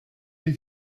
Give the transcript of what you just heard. des